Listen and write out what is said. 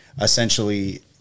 essentially